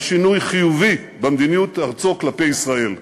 שינוי חיובי במדיניות ארצו כלפי ישראל.